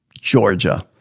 Georgia